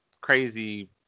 crazy